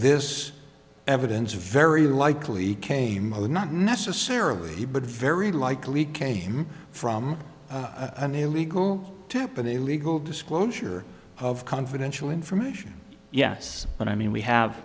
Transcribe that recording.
this evidence very likely came over not necessarily but very likely came from an illegal tap and a legal disclosure of confidential information yes but i mean we have